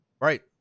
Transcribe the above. right